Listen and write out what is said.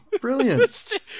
Brilliant